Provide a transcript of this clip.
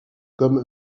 comme